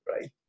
right